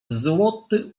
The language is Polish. złoty